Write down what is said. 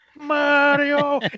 Mario